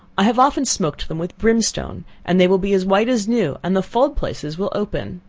i have often smoked them with brimstone, and they will be as white as new, and the fulled places will open.